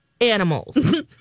animals